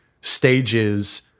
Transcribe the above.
stages